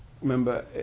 Remember